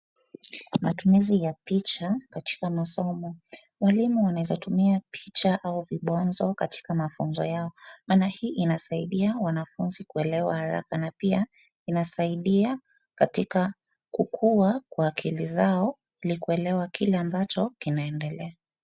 Matumizi ya picha katika masomo. Walimu wanaeza tumia picha au vibwanzo katika mafunzo yao maana hii inasaidia wanafunzi kuelewa haraka na pia inasaidia katika kukua kwa akili zao ili kuelewa kile ambacho kinaendelea.